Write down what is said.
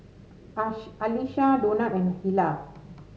Alisha Donat and Hilah